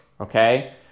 okay